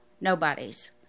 Nobody's